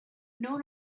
known